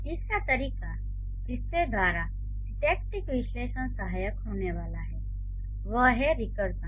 तीसरा तरीका जिसके द्वारा सिंटैक्टिक विश्लेषण सहायक होने वाला है वह है रिकर्सन